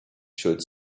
should